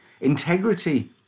Integrity